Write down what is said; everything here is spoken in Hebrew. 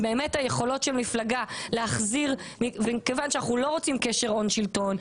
באמת היכולות של מפלגה להחזיר - כיוון שאנחנו לא רוצים קשר הון-שלטון,